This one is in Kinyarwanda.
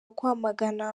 kumwamagana